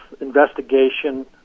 investigation